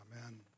Amen